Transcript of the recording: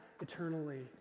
eternally